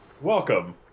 Welcome